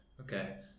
Okay